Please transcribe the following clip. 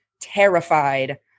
terrified